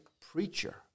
preacher